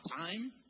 time